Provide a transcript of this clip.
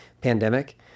pandemic